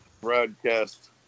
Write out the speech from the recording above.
broadcast